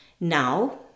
Now